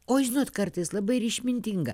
o žinot kartais labai ir išmintinga